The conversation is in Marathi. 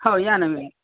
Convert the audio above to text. हो या ना